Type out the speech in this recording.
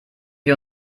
wir